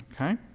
Okay